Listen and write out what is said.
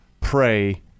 pray